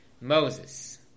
Moses